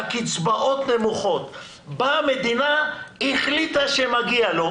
שהקצבאות נמוכות - החליטה שמגיע לו,